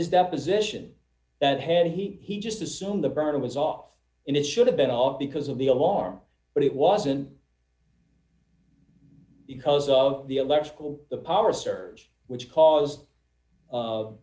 his deposition that had he just assumed the burner was off in his should have been all because of the alarm but it wasn't because of the electrical power servers which caused